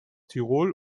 tirol